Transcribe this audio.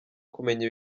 kumenya